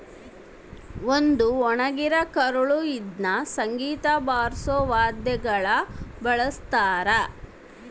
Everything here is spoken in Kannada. ಒಂದು ಒಣಗಿರ ಕರಳು ಇದ್ನ ಸಂಗೀತ ಬಾರ್ಸೋ ವಾದ್ಯಗುಳ ಬಳಸ್ತಾರ